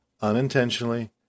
Unintentionally